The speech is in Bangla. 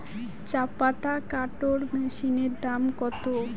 চাপাতা কাটর মেশিনের দাম কত?